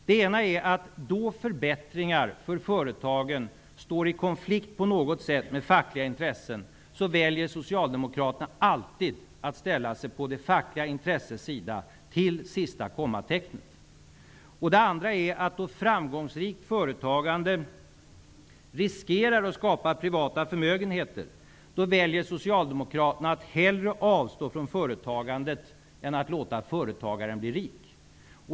Det ena är att Socialdemokraterna, då förbättringar för företagen på något sätt står i konflikt med fackliga intressen, alltid väljer att till sista kommatecknet ställa sig på det fackliga intressets sida. Det andra problemet är att Socialdemokraterna, då framgångsrikt företagande riskerar att skapa privata förmögenheter, väljer att hellre avstå från företagandet än att låta företagaren bli rik.